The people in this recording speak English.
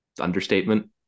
understatement